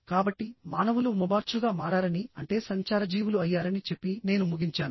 కాబట్టి మానవులు మొబార్చ్లుగా మారారని అంటే సంచార జీవులు అయ్యారని చెప్పి నేను ముగించాను